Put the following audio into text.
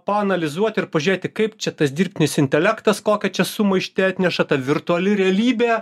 paanalizuot ir pažiūrėti kaip čia tas dirbtinis intelektas kokią čia sumaištį atneša ta virtuali realybė